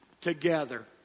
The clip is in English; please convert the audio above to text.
together